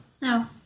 No